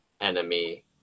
enemy